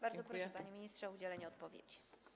Bardzo proszę, panie ministrze, o udzielenie odpowiedzi.